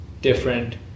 different